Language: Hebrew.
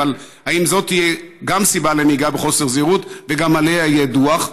אבל האם זאת תהיה גם סיבה לנהיגה בחוסר זהירות וגם עליה יהיה דוח?